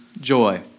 joy